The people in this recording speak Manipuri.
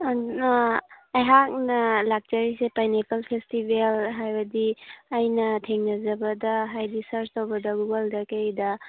ꯑꯩꯍꯥꯛꯅ ꯂꯥꯛꯆꯔꯤꯁꯦ ꯄꯥꯏꯅꯦꯄꯜ ꯐꯦꯁꯇꯤꯕꯦꯜ ꯍꯥꯏꯕꯗꯤ ꯑꯩꯅ ꯊꯦꯡꯅꯖꯕꯗ ꯍꯥꯏꯗꯤ ꯁꯔꯁ ꯇꯧꯕꯗ ꯒꯨꯒꯜꯗ ꯀꯔꯤꯗ